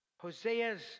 Hosea's